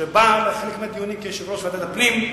שבא לחלק מהדיונים כיושב-ראש ועדת הפנים,